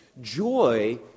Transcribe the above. Joy